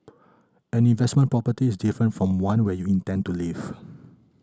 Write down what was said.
an investment property is different from one where you intend to live